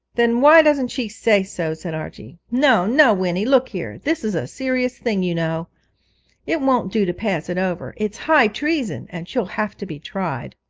then why doesn't she say so said archie. no, no, winnie. look here, this is a serious thing, you know it won't do to pass it over it's high treason, and she'll have to be tried